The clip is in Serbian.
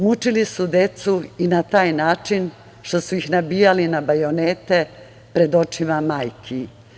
Mučili su decu i na taj način što su ih nabijali na bajonete pred očima majki.